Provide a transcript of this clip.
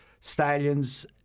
stallions